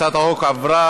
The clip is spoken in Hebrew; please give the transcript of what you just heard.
הצעת החוק עברה,